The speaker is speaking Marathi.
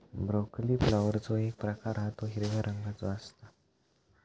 ब्रोकली फ्लॉवरचो एक प्रकार हा तो हिरव्या रंगाचो असता